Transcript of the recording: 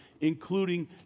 including